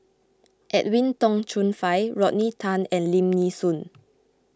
Edwin Tong Chun Fai Rodney Tan and Lim Nee Soon